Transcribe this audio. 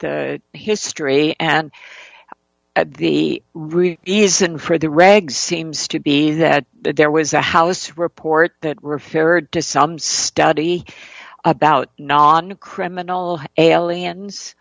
history and at the re isn't for the regs seems to be that there was a house report that referred to some study about non criminal aliens